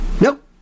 Nope